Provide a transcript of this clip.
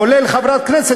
כולל חברת הכנסת,